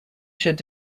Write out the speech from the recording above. should